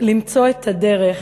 למצוא את הדרך